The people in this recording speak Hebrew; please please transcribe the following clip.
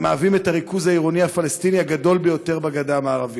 הריכוז העירוני הפלסטיני הגדול ביותר בגדה המערבית.